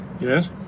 Yes